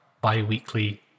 bi-weekly